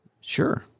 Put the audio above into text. Sure